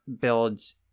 builds